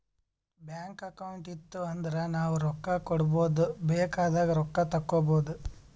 bank account ಇತ್ತು ಅಂದುರ್ ನಾವು ರೊಕ್ಕಾ ಇಡ್ಬೋದ್ ಬೇಕ್ ಆದಾಗ್ ರೊಕ್ಕಾ ತೇಕ್ಕೋಬೋದು